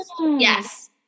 Yes